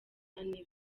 inani